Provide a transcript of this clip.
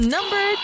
Number